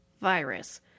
virus